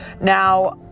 now